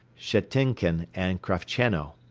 schetinkin and krafcheno.